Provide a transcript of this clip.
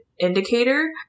indicator